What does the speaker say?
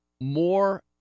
more